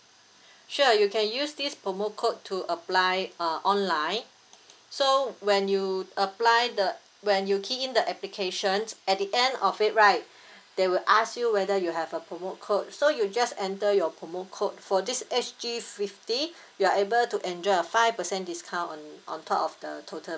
sure you can use this promo code to apply uh online so when you apply the when you key in the applications at the end of it right they will ask you whether you have a promo code so you just enter your promo code for this H_G fifty you're able to enjoy a five percent discount on on top of the total